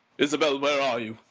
isabel, where are you?